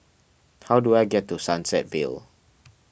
how do I get to Sunset Vale